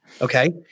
Okay